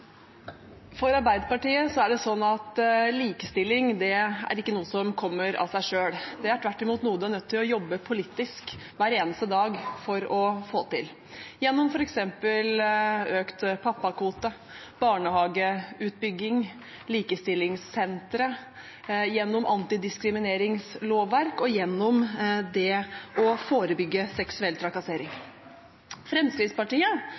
For Arbeiderpartiet er det sånn at likestilling ikke er noe som kommer av seg selv. Det er tvert imot noe man er nødt til å jobbe for politisk hver eneste dag for å få til, gjennom f.eks. økt pappakvote, barnehageutbygging, likestillingssentre, gjennom antidiskrimineringslovverk og gjennom det å forebygge seksuell trakassering. Fremskrittspartiet